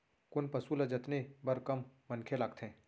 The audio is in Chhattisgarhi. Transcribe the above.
कोन पसु ल जतने बर कम मनखे लागथे?